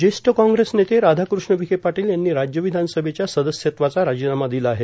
ज्येष्ठ काँग्रेस नेते राधाकृष्ण विखे पाटील यांनी राज्य विधानसभेच्या सदस्यत्वाचा राजीनामा दिला आहे